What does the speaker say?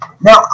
Now